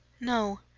No